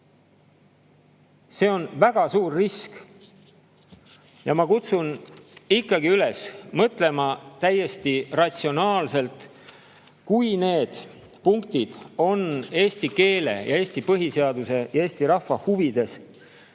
See on väga suur risk! Ma kutsun ikkagi üles mõtlema täiesti ratsionaalselt: kui need punktid on eesti keele ja Eesti põhiseaduse ja Eesti rahva huvides,